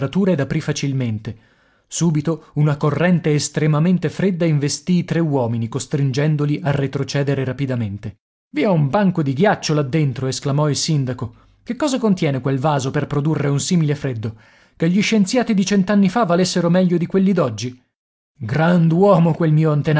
ed aprì facilmente subito una corrente estremamente fredda investì i tre uomini costringendoli a retrocedere rapidamente i è un banco di ghiaccio là dentro esclamò il sindaco che cosa contiene quel vaso per produrre un simile freddo che gli scienziati di cent'anni fa valessero meglio di quelli d'oggi grand'uomo quel mio